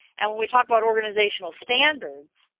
and when we talk about organizational standards,